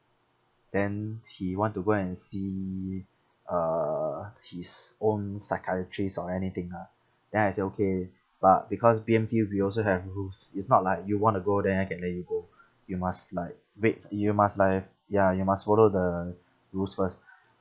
then he want to go and see uh his own psychiatrist or anything ah then I said okay but because B_M_T we also have rules it's not like you want to go there I can let you go you must like wait you must like ya you must follow the rules first